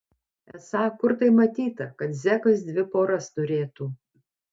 esą kur tai matyta kad zekas dvi poras turėtų